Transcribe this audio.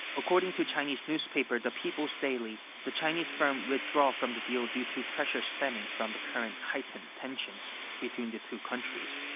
according to chinese newspaper the people's daily, the chinese firm withdrew from the deal due to pressure stemming from the current heightened tensions between the two countries,